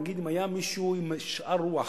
נגיד אם היה מישהו עם שאר רוח,